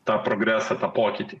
tą progresą tą pokytį